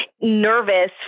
nervous